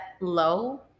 low